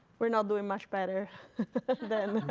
we're not doing much better than